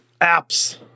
Apps